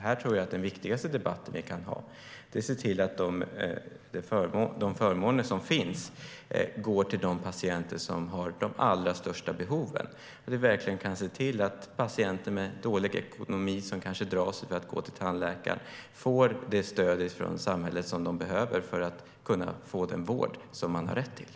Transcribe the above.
Här är den viktigaste debatten att se till att de förmåner som finns går till de patienter som har de allra största behoven, så att de patienter med dålig ekonomi som drar sig för att gå till tandläkaren får det stöd från samhället som de behöver för att få den vård de har rätt till.